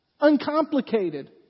uncomplicated